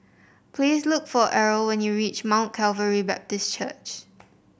please look for Errol when you reach Mount Calvary Baptist Church